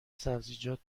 سبزیجات